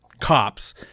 cops